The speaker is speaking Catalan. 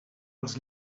als